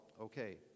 okay